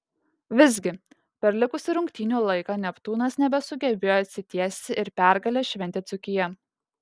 visgi per likusį rungtynių laiką neptūnas nebesugebėjo atsitiesti ir pergalę šventė dzūkija